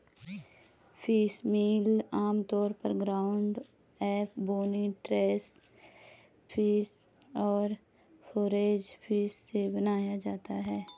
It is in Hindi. फिशमील आमतौर पर ground up, bony trash fish और फोरेज फिश से बनाया जाता है